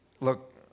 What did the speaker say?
look